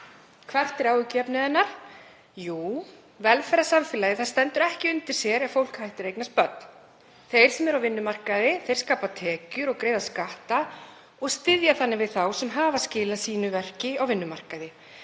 Hvert er áhyggjuefni hennar? Jú, velferðarsamfélagið stendur ekki undir sér ef fólk hættir að eignast börn. Þeir sem eru á vinnumarkaði skapa tekjur og greiða skatta og styðja þannig við þá sem hafa skilað sínu verki á vinnumarkaði.